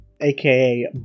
aka